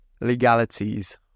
legalities